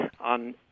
on